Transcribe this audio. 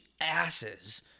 asses